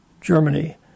Germany